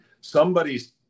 somebody's